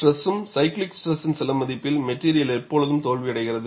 ஸ்ட்ரஸும் cyclic ஸ்ட்ரெஸின் சில மதிப்பில் மெட்டிரியல் எப்போதும் தோல்வியடைகிறது